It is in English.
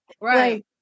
Right